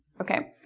okay.